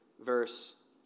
verse